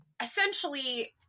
essentially